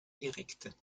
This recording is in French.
directe